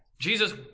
Jesus